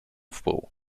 wpół